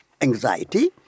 anxiety